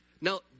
now